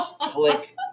Click